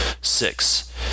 six